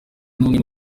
umwe